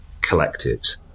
collectives